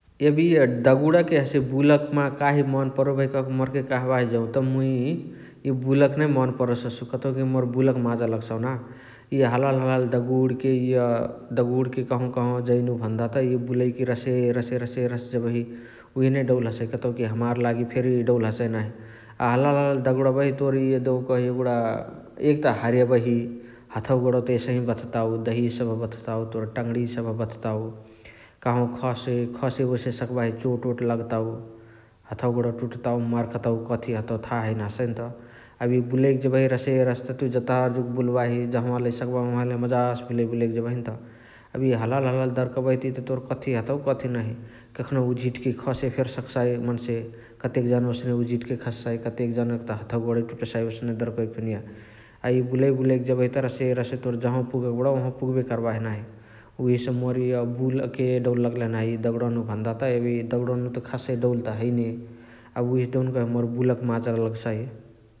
एबे इअ दगुणके हसे बुलके म काही मन परोबही कहाँके मोरके कहबाही जौत मुइ बुलके नै मनपरोसही । कतउकी मोरा बुलके माजा लगसाउ ना । इअ हलहाली हलहाली दगुणके इअ दगुणके कहवा कहवा जैनु भन्दा त इअ रसेरसे जेबही उहे नै डौल हसइ कतउ कि हमार लागी फेरी डौल हसइ नाही । अ हलहाली हलहाली दगुरबही देउकही एगुणा एक त हरिएबही हथवा गोणवा त एसइ बथताउ दहिया बथसाउ तोर तङणिया सबह बथताउ । कहवा खसे सकबाही चोत ओट लगताउ हथवा टुटताउ तङणिया मर्कतउ कथि हतउ थाहा हैने हसइनत । एबे इअ बुलइकी रसे रसे त तुइ जतहर जुग बुलबाही जहवा लइ सकबाही ओहवा लइ मजासे बुलइ बुलइकी जेबहिनत । एबे इअ हलहाली हलहाली दरुकबही इत तोर कथी कथी नाही । कखनहु उझिटके खसे फेरी सकसाइ मन्से कतेक जना ओसके उझिटके खससाइ कतेक जनक त हथवा गोणवै टुटसाइ ओसके दरुकइ खुनिया । अ इअ बुलइक बुलइक जेबही त रसे रसे तोर जहवा पुगके बणौ ओहवा पुगबे कर्बाही नाही । उहेसे मोर इअ बुलके डौल लगलही नाही इअ दगुणनु भन्दा त । एबे इअ दगुणनु खासे डौल त हैने अ उहे देउनकही मोर बुलके माजा लगसाइ ।